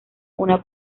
una